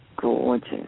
gorgeous